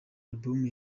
alubumu